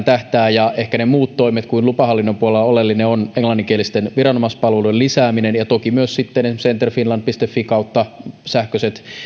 tähtää tähän ehkä niitä muita toimia on lupahallinnon puolella oleellinen englanninkielisten viranomaispalveluiden lisääminen ja sitten toki myös esimerkiksi enterfinland fi sähköiset